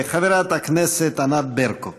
חברת הכנסת ענת ברקו.